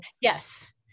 yes